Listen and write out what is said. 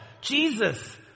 Jesus